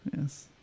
Yes